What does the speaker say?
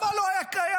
הצבא לא היה קיים,